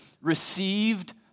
received